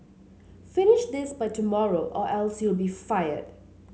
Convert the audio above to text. finish this by tomorrow or else you'll be fired